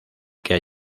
que